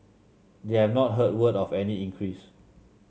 they have not heard word of any increase